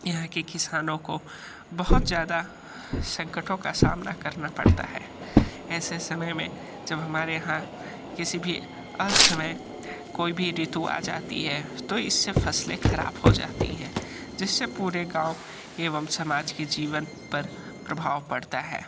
यहाँ के किसानों को बहुत ज़्यादा संकटों का सामना करना पड़ता है ऐसे समय में जब हमारे यहाँ किसी भी असमय कोई भी ऋतु आ जाती है तो इस से फ़सलें ख़राब हो जाती हैं जिस से पूरे गाँव एवं समाज के जीवन पर प्रभाव पड़ता है